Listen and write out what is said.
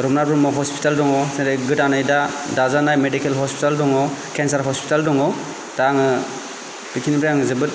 Rupnath Brahma hospital दङ जेरै गोदानै दाजानाय दा मेडिकेल हसपिटाल दङ केनसार हसपिटाल दङ दा आंङो बेखिनि निफ्राय आंङो जोबोद